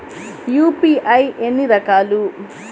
UPI ఎన్ని రకాలు?